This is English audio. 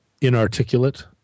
inarticulate